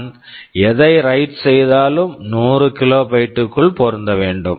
நான் எதை write write செய்தாலும் 100 கிலோபைட்டுகள் kilobytes க்குள் பொருந்த வேண்டும்